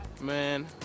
Man